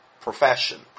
profession